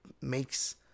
makes